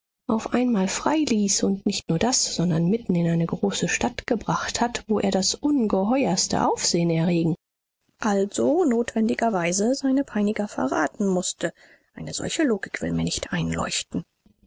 auf einmal freiließ und nicht nur das sondern mitten in eine große stadt gebracht hat wo er das ungeheuerste aufsehen erregen also notwendigerweise seine peiniger verraten mußte eine solche logik will mir nicht einleuchten